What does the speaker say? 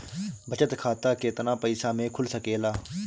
बचत खाता केतना पइसा मे खुल सकेला?